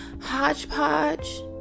hodgepodge